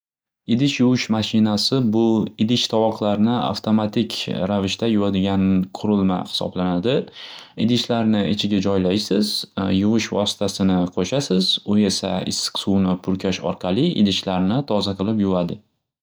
Idish yuvish moshinasi bu idish tovoqlarni avtomatik ravishda yuvadigan qurilma hisoblanadi. Idishlarni ichiga joylasz yuvish vositasini qo'shasz u esa issiq suvni purkash orqali idishlarni toza qilib yuvadi.